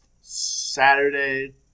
Saturday